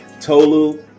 Tolu